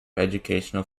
educational